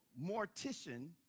mortician